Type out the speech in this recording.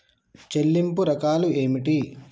చెల్లింపు రకాలు ఏమిటి?